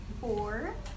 four